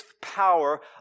power